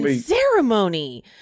ceremony